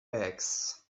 bags